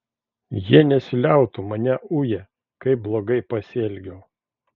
jie nesiliautų mane uję kaip blogai pasielgiau